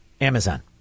Amazon